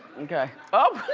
okay, oh.